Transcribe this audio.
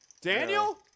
Daniel